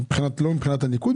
לא מבחינת הניקוד,